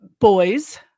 boys